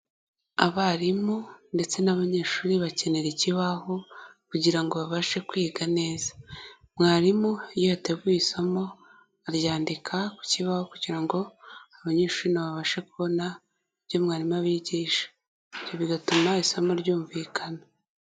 Abarimu ndetse n'abanyeshuri bakenera ikibaho kugira ngo babashe kwiga neza. Mwarimu iyo yatevuye isomo, aryandika ku kibaho kugira ngo abanyeshuri na bo babashe kubona ibyo mwarimu abigisha, ibyo bigatuma isomo ryumvikana.